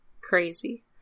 crazy